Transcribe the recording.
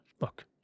Look